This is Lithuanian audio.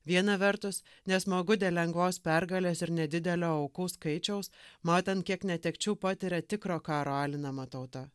viena vertus nesmagu dėl lengvos pergalės ir nedidelio aukų skaičiaus matant kiek netekčių patiria tikro karo alinama tauta